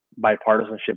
bipartisanship